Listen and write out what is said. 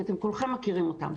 אתם כולכם מכירים אותן.